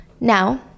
Now